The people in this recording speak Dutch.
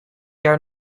jaar